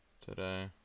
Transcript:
today